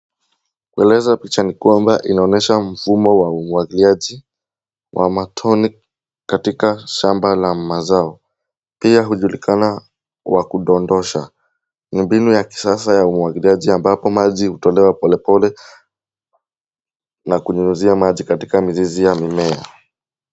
Kueleza picha ni kwamba inaonyesha mfumo wa umwagiliaji wa matone katika shamba la mazao. Pia hujulikana kwa kudodosha. Ni mbinu ya kisasa ya umwagiliaji ambapo maji hutolewa polepole na kunyunyuzia maji katika mizizi ya mimea.